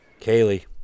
Kaylee